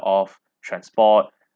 of transport